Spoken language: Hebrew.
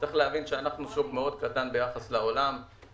יש להבין שאנחנו שוק מאוד קטן ביחס לעולם.